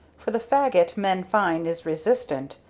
for the fagot men find is resistant,